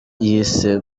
yise